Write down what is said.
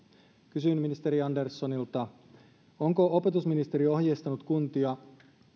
kysyn ministeri anderssonilta onko opetusministeriö ohjeistanut kuntia